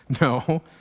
no